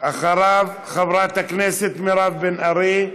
אחריו, חברת הכנסת מירב בן ארי.